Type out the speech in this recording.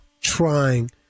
trying